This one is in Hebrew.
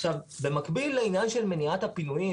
עכשיו במקביל לעניין של מניעת הפינויים,